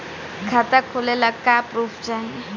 खाता खोलले का का प्रूफ चाही?